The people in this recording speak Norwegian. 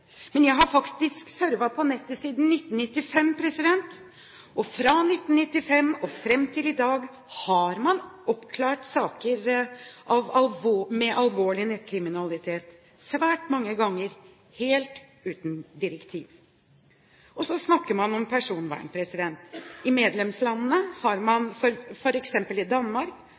Men jeg har faktisk surfet på nettet siden 1995, og fra 1995 til i dag har man oppklart saker med alvorlig nettkriminalitet svært mange ganger – helt uten direktiv. Og så snakker man om personvern. I medlemslandet Danmark, f.eks., har man